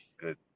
good